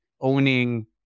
owning